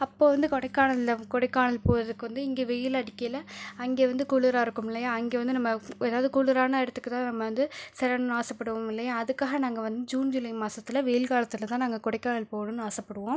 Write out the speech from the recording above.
அப்போது வந்து கொடைக்கானலில் கொடைக்கானல் போகிறத்துக்கு வந்து இங்கே வெயில் அடிக்கையில் அங்கே வந்து குளிராக இருக்கும் இல்லையா அங்கே வந்து நம்ம ஏதாவது குளிரான இடத்துக்குத்தான் நம்ம வந்து சொல்லணும்னு ஆசைப்படுவோம் இல்லையா அதுக்காக நாங்கள் வந்து ஜூன் ஜூலை மாசத்தில் வெயில் காலத்தில் தான் நாங்கள் கொடைக்கானல் போகணும்னு ஆசைப்படுவோம்